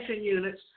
units